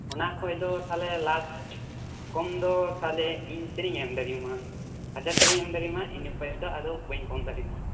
ᱚᱱᱟ ᱠᱷᱚᱡ ᱫᱚ ᱛᱟᱦᱞᱮ ᱞᱟᱥ ᱠᱚᱢ ᱫᱚ ᱛᱟᱦᱞᱮ ᱤᱧ ᱛᱤᱱᱟᱹᱜ ᱤᱧ ᱮᱢ ᱫᱟᱲᱮᱭᱟᱢᱟ ᱦᱟᱡᱟᱨ ᱴᱟᱠᱟᱧ ᱮᱢ ᱫᱟᱲᱮᱭᱟᱢᱟ ᱤᱱᱟᱹ ᱠᱷᱚᱡ ᱫᱚ ᱟᱫᱚ ᱵᱟᱹᱧ ᱠᱚᱢ ᱫᱟᱲᱮᱭᱟᱢᱟ